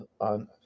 on